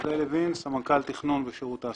סמנכ"ל תכנון, שירות התעסוקה.